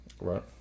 right